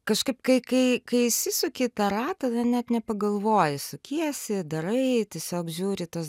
kažkaip kai kai kai įsisuki į tą ratą tada net nepagalvoji sukiesi darai tiesiog žiūri tuos